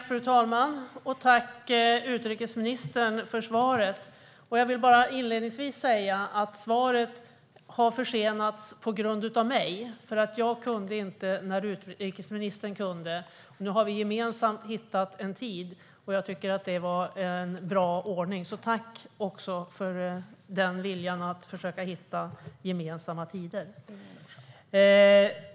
Fru talman! Tack, utrikesministern, för svaret! Jag vill inledningsvis säga att svaret har försenats på grund av mig, för jag kunde inte när utrikesministern kunde. Nu har vi gemensamt hittat en tid. Jag tycker att det var en bra ordning, så tack också för viljan att försöka hitta gemensamma tider! : Ingen orsak!)